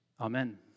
Amen